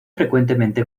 frecuentemente